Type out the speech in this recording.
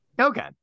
Okay